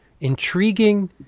intriguing